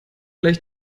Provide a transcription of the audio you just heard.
gleich